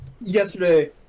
yesterday